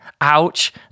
ouch